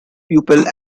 pupil